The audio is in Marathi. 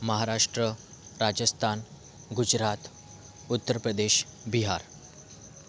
महाराष्ट्र राजस्तान गुजरात उत्तर प्रदेश बिहार